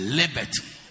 liberty